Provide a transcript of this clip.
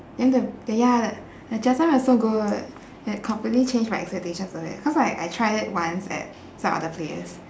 then the the ya the 炸酱面 was so good it completely changed my expectations of it cause like I tried it once at some other place